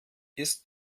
ist